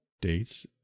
dates